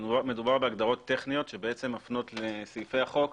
מדובר בהגדרות טכניות שמפנות לסעיפי החוק.